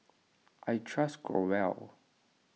I trust Growell